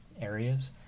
areas